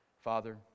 father